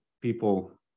people